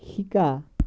শিকা